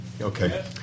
Okay